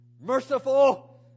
merciful